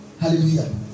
Hallelujah